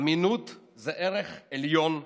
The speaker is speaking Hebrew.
אמינות זה ערך עליון בצה"ל.